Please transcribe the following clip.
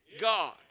God